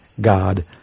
God